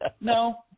No